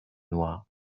noirs